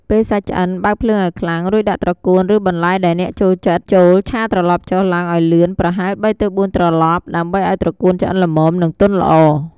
ពេលសាច់ឆ្អិន បើកភ្លើងឱ្យខ្លាំង រួចដាក់ត្រកួន ឬបន្លែដែលអ្នកចូលចិត្តចូល ឆាត្រឡប់ចុះឡើងឱ្យលឿន ប្រហែល ៣ ទៅ ៤ ត្រឡប់ ដើម្បីឱ្យត្រកួនឆ្អិនល្មម និងទន់ល្អ។